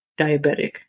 diabetic